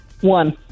one